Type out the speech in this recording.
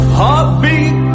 heartbeat